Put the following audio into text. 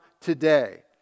today